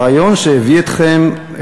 הרעיון שהביא אתכם,